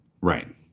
Right